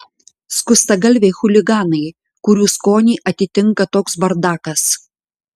skustagalviai chuliganai kurių skonį atitinka toks bardakas